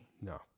No